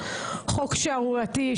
חוק שערורייתי,